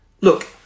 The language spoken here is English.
Look